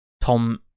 Tom